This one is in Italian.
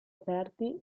aperti